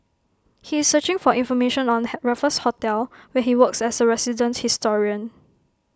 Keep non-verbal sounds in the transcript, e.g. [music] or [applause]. he is searching for information on [unintelligible] Raffles hotel where he works as A resident historian